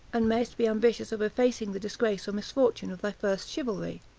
and mayest be ambitious of effacing the disgrace or misfortune of thy first chivalry.